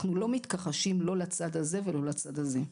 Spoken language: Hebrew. אנחנו לא מתכחשים, לא לצד הזה ולא לצד הזה.